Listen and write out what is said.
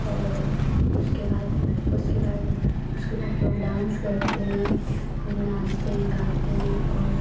और उसके बाद उसके बाद उसके बाद लोग डान्स करते हैं खूब नाचते हैं गाते हैं और